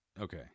Okay